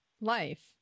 life